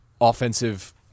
offensive